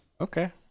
Okay